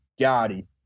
Gotti